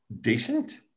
Decent